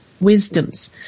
wisdoms